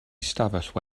ystafell